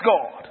God